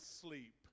sleep